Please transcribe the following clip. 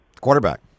Quarterback